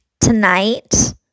Tonight